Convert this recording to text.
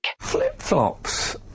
Flip-flops